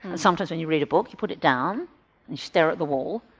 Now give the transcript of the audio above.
sometimes when you read a book you put it down and stare at the wall,